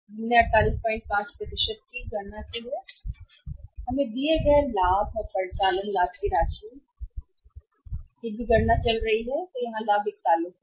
हमने 485 की गणना की है हमें दिए गए लाभ और परिचालन लाभ की राशि तो भी गणना चल रही है यहाँ लाभ 41 है